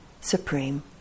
supreme